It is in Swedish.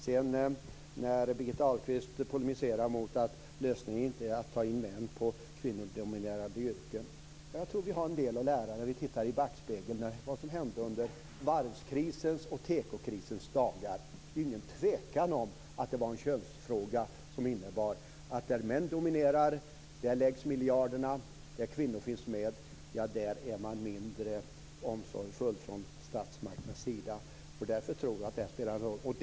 Birgitta Ahlqvist polemiserar och säger att lösningen inte är att ta in män inom kvinnodominerade yrken. Jag tror att vi har en del att lära när vi tittar i backspegeln och ser vad som hände under varvskrisens och tekokrisens dagar. Det är ingen tvekan om att det var en könsfråga som innebär att där män dominerar läggs miljarderna, och där kvinnor finns med är man mindre omsorgsfull från statsmakternas sida. Därför spelar detta en roll.